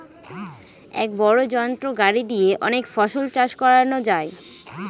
এক বড় যন্ত্র গাড়ি দিয়ে অনেক ফসল চাষ করানো যায়